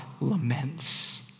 laments